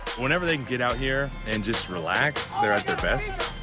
whenever they can get out here and just relax, they're at their best.